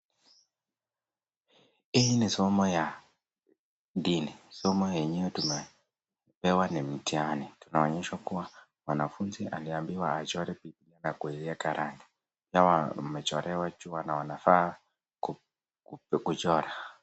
Hii ni somo ya dini. Somo yenyewe tumepewa ni mtihani. Tumeonyeshwa kuwa wanfunzi waliambiwa wachore bibilia na kuzieka rangi. Wamechorewa jua na wanafaa kuchora.